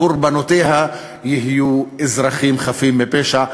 קורבנותיה יהיו אזרחים חפים מפשע,